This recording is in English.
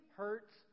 hurts